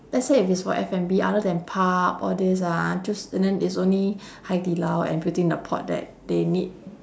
let's say if it's for F&B other than pub all this ah just and then it's only hai di lao and beauty in a pot that they need